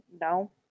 No